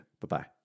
Bye-bye